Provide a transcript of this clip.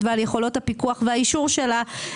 ההצבעה נפרדת.